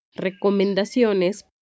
recomendaciones